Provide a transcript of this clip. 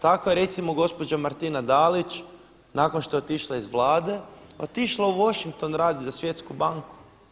Tako je recimo gospođa Martina Dalić nakon što je otišla iz Vlade otišla u Washington raditi za Svjetsku banku.